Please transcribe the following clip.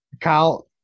Kyle